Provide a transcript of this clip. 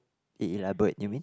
e~ elaborate you mean